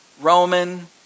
Roman